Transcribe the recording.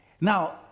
Now